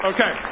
Okay